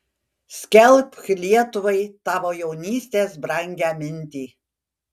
skelbk lietuvai tavo jaunystės brangią mintį